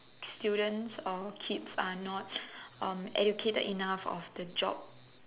students or kids are not educated enough of the job